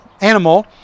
animal